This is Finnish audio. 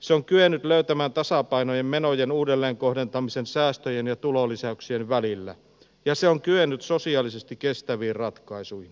se on kyennyt löytämään tasapainon menojen uudelleenkohdentamisen säästöjen ja tulonlisäyksien välillä ja se on kyennyt sosiaalisesti kestäviin ratkaisuihin